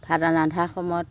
ভাত ৰান্ধা সময়ত